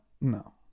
No